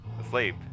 asleep